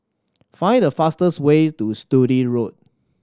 find the fastest way to Sturdee Road